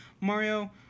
Mario